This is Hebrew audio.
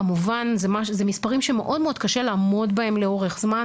כמובן זה מספרים שמאוד מאוד קשה לעמוד בהם לאורך זמן